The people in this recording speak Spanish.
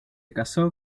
casó